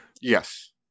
yes